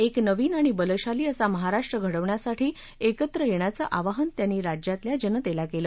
एक नवीन आणि बलशाली असा महाराष्ट्र घडवण्यासाठी एकत्र येण्याचं आवाहन त्यांनी राज्यातल्या जनतेला केलं